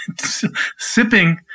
sipping